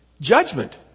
judgment